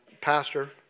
pastor